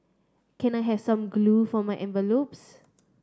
can I have some glue for my envelopes